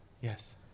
Yes